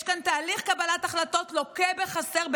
יש כאן תהליך קבלת החלטות לוקה בחסר,